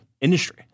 industry